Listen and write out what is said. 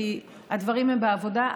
כי הדברים הם בעבודה,